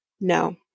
No